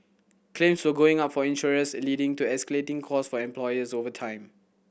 claims were going up for insurers leading to escalating cost for employers over time